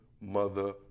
Mother